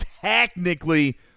technically